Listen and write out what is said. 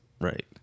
right